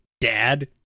dad